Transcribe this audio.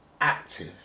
active